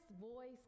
voice